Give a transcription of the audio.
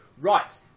Right